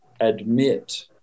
admit